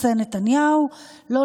אני לא יודעת,